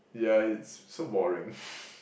yeah it's so boring